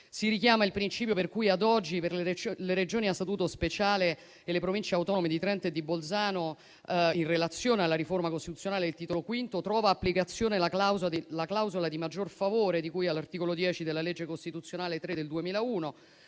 Si richiama il principio per cui, ad oggi, per le Regioni a Statuto speciale e le Province autonome di Trento e di Bolzano, in relazione alla riforma costituzionale del Titolo V, trova applicazione la clausola di maggior favore di cui all'articolo 10 della legge costituzionale n. 3 del 2001,